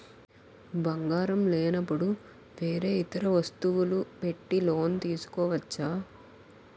బంగారం లేనపుడు వేరే ఇతర వస్తువులు పెట్టి లోన్ తీసుకోవచ్చా?